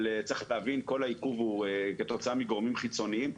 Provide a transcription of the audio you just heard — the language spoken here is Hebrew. צריך להבין שכל העיכוב הוא כתוצאה מגורמים חיצוניים.